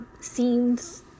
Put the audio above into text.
scenes